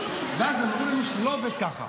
אז אמרו לנו שזה לא עובד ככה.